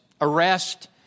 arrest